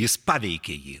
jis paveikė jį